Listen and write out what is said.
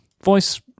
Voice